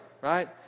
right